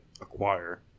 acquire